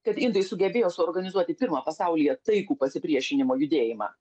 kad indai sugebėjo suorganizuoti pirmą pasaulyje taikų pasipriešinimo judėjimą